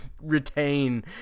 retain